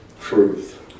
truth